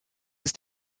ist